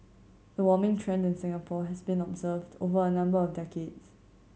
the warming trend in Singapore has been observed over a number of decades